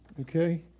okay